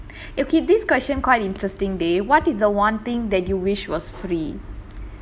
okay this question quite interesting dey what is the [one] thing that you wish was free